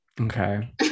Okay